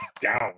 down